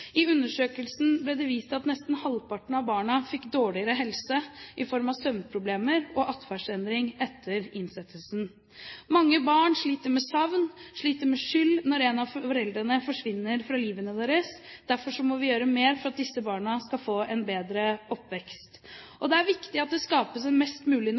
I undersøkelsen ble det vist til at nesten halvparten av barna fikk dårligere helse, i form av søvnproblemer og adferdsendring, etter innsettelsen. Mange barn sliter med savn, sliter med skyld, når én av foreldrene forsvinner fra livet deres. Derfor må vi gjøre mer for at disse barna skal få en bedre oppvekst. Det er viktig at det skapes en mest mulig